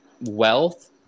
wealth